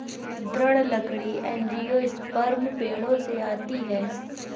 दृढ़ लकड़ी एंजियोस्पर्म पेड़ों से आती है